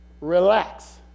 relax